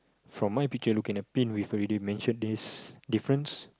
from my picture looking at pins we already mention this difference